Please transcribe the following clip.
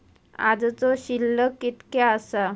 आजचो शिल्लक कीतक्या आसा?